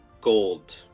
gold